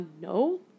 no